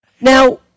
Now